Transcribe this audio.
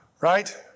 right